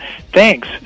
Thanks